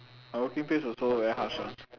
my working place also very harsh [one]